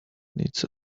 needs